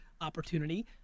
opportunity